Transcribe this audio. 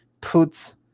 put